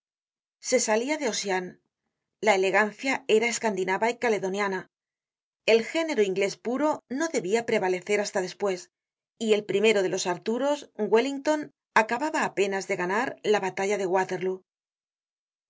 se salia de ossian la elegancia era escandinava y ealedoniana el género inglés puro no debia prevalecer hasta despues y el primero de los arturos wellington acababa apenas de ganar la batalla de waterloo